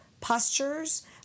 postures